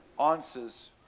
Answers